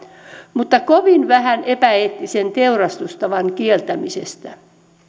mutta kovin vähän epäeettisen teurastustavan kieltämisestä